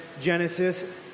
Genesis